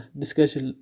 discussion